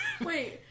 Wait